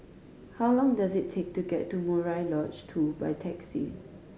how long does it take to get to Murai Lodge Two by taxi